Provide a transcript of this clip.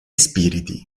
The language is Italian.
spiriti